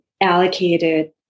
allocated